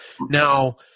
Now